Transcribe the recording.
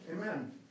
Amen